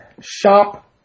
shop